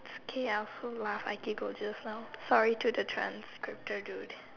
okay I also laugh I can go just now sorry to the trans Crypto dude